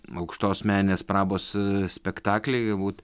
aukštos meninės prabos spektaklį galbūt